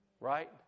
Right